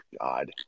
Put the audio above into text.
God